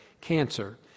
cancer